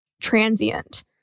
transient